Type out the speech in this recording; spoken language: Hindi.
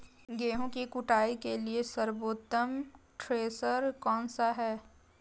गेहूँ की कुटाई के लिए सर्वोत्तम थ्रेसर कौनसा है?